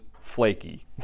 flaky